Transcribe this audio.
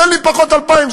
תן לי פחות 2,000,